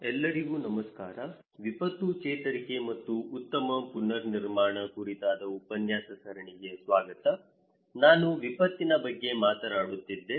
ಎಲ್ಲರಿಗೂ ನಮಸ್ಕಾರ ವಿಪತ್ತು ಚೇತರಿಕೆ ಮತ್ತು ಉತ್ತಮ ಪುನರ್ನಿರ್ಮಾಣ ಕುರಿತಾದ ಉಪನ್ಯಾಸ ಸರಣಿಗೆ ಸ್ವಾಗತ ನಾನು ವಿಪತ್ತಿನ ಬಗ್ಗೆ ಮಾತನಾಡುತ್ತಿದ್ದೆ